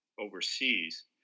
overseas